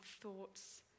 thoughts